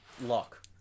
lock